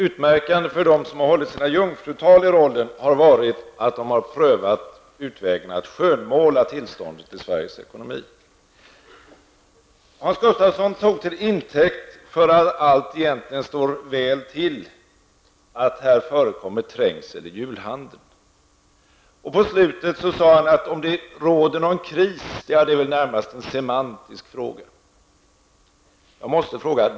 Utmärkande för dem som hållit sina jungfrutal i den rollen har varit att de har prövat utvägen att skönmåla tillståndet i Hans Gustafsson tog till intäkt för att allt egentligen står väl till att det förekommer trängsel i julhandeln. Mot slutet av sitt anförande sade han att frågan om det råder någon kris närmast är en semantisk fråga.